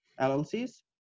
LLC's